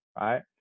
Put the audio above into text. right